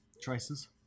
choices